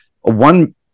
one